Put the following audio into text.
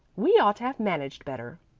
we ought to have managed better.